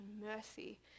mercy